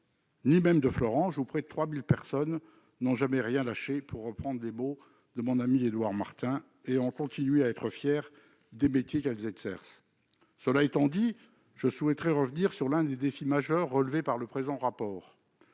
ni même de Florange, où près de 3 000 personnes n'ont jamais « rien lâché », pour reprendre les mots de mon ami Édouard Martin, et ont continué à être fières des métiers qu'elles exercent. Cela étant dit, je souhaite revenir sur l'un des défis majeurs relevés par le présent rapport